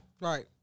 Right